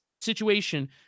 situation